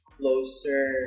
closer